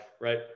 right